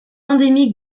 endémique